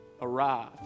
arrive